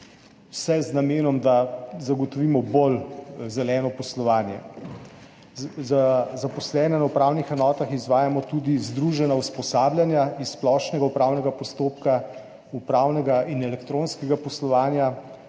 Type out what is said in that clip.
vse z namenom, da zagotovimo bolj zeleno poslovanje. Za zaposlene na upravnih enotah izvajamo tudi združena usposabljanja iz splošnega upravnega postopka, upravnega in elektronskega poslovanja